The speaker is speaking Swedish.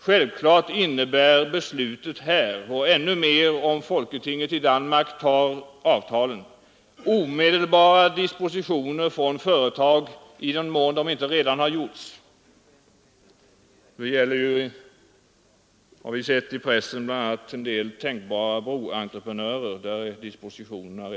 Självklart innebär beslutet här — och ännu mer om folketinget tar avtalen — omedelbara dispositioner från företag, i den mån de inte gjorts redan.